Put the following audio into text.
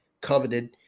coveted